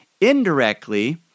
indirectly